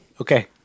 okay